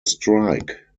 strike